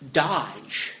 dodge